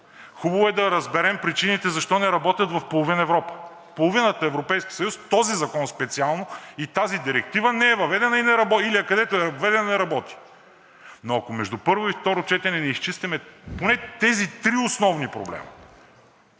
хубаво е да разберем причините защо не работят в половин Европа. В половината Европейски съюз този закон специално и тази директива не е въведена или където е въведена, не работи. Но ако между първо и второ четене не изчистим поне тези три основни проблема,